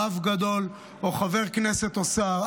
רב גדול או חבר כנסת או שר,